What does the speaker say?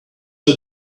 are